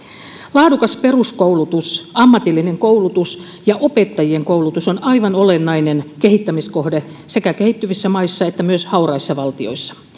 laadukas peruskoulutus ammatillinen koulutus ja opettajien koulutus ovat aivan olennainen kehittämiskohde sekä kehittyvissä maissa että myös hauraissa valtioissa